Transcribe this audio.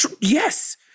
Yes